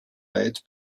weit